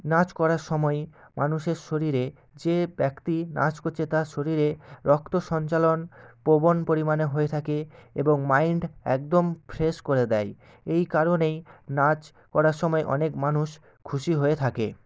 নাচ করার সময়ে মানুষের শরীরে যে ব্যক্তি নাচ করছে তার শরীরে রক্ত সঞ্চালন প্রবল পরিমাণে হয়ে থাকে এবং মাইন্ড একদম ফ্রেশ করে দেয় এই কারণেই নাচ করার সময় অনেক মানুষ খুশি হয়ে থাকে